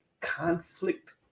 conflict